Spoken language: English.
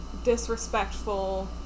disrespectful